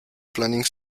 planning